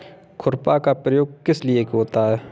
खुरपा का प्रयोग किस लिए होता है?